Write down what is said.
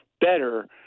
better